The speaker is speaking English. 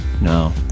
No